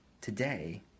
today